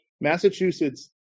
Massachusetts